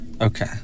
Okay